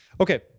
Okay